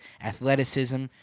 athleticism